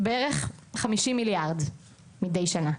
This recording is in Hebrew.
בערך 50 מיליארד שקל מדי שנה.